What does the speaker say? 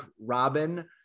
Robin